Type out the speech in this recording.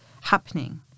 happening